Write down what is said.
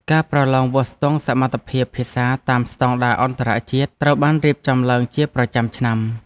ការប្រឡងវាស់ស្ទង់សមត្ថភាពភាសាតាមស្តង់ដារអន្តរជាតិត្រូវបានរៀបចំឡើងជាប្រចាំឆ្នាំ។